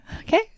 okay